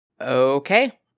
Okay